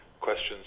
questions